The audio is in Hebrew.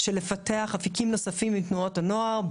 לפתח אפיקים נוספים עם תנועות הנוער.